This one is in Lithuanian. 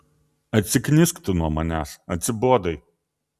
atsiknisk tu nuo manęs atsibodai